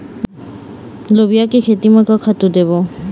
लोबिया के खेती म का खातू देबो?